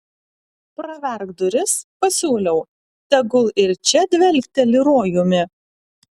praverk duris pasiūliau tegul ir čia dvelkteli rojumi